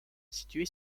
située